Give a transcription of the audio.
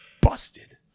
busted